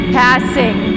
passing